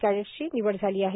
कॅडेट्सची निवड झाली आहे